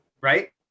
Right